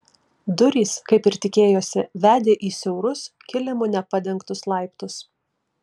durys kaip ir tikėjosi vedė į siaurus kilimu nepadengtus laiptus